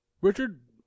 Richard